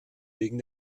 wegen